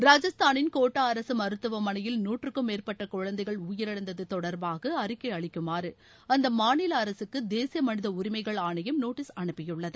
ராஜஸ்தானின் கோட்டா அரசு மருத்துவமனையில் நூற்றுக்கும் மேற்பட்ட குழந்தைகள் உயிரிழந்தது தொடர்பாக அறிக்கை அளிக்குமாறு அந்த மாநில அரசுக்கு தேசிய மனித உரிமைகள் ஆணையம் நோட்டிஸ் அனுப்பியுள்ளது